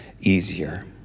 easier